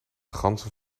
ganzen